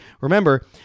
Remember